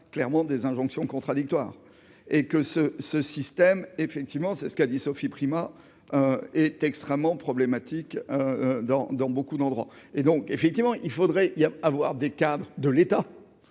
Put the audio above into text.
clairement des injonctions contradictoires et que ce ce système effectivement, c'est ce qu'a dit Sophie Primas est extrêmement problématique dans dans beaucoup d'endroits et donc effectivement il faudrait il y a à voir des cadres de l'État,